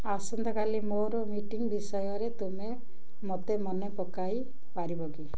ଆସନ୍ତାକାଲି ମୋର ମିଟିଙ୍ଗ୍ ବିଷୟରେ ତୁମେ ମୋତେ ମନେ ପକାଇପାରିବ କି